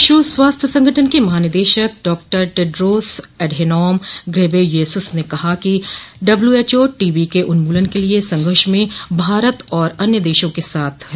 विश्व स्वास्थ्य संगठन के महानिदेशक डॉक्टर टेड्रोस एडहेनॉम घेब्रेयेसुस ने कहा कि डब्ल्यूएचओ टीबी के उन्मूलन के लिए संघर्ष में भारत और अन्य देशों के साथ है